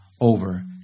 over